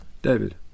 David